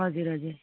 हजुर हजुर